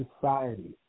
society